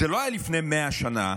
זה לא היה לפני 100 שנה,